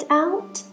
out